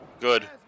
Good